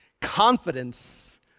confidence